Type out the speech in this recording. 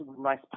nice